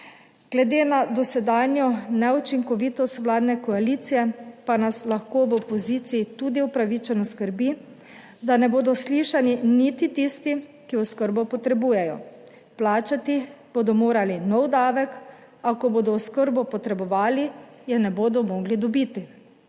Glede na dosedanjo neučinkovitost vladne koalicije pa nas lahko v opoziciji tudi upravičeno skrbi, da ne bodo slišani niti tisti, ki oskrbo potrebujejo. Plačati bodo morali nov davek, a ko bodo oskrbo potrebovali, je ne bodo mogli dobiti.